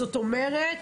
זאת אומרת,